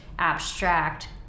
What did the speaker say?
abstract